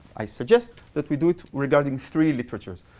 i suggest that we do it regarding three literatures.